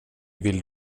vill